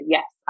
Yes